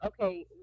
okay